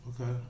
Okay